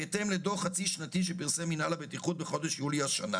בהתאם לדו"ח חצי שנתי שפרסם מנהל הבטיחות בחודש יולי השנה